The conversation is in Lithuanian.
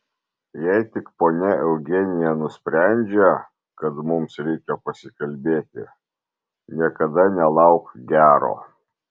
jei tik ponia eugenija nusprendžia kad mums reikia pasikalbėti niekada nelauk gero